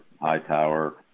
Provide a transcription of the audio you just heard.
Hightower